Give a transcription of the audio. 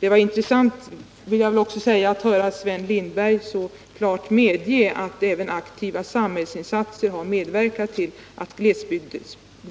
Det var intressant — det vill jag också säga — att höra Sven Lindberg här så klart medge att även aktiva samhällsinsatser har medverkat till att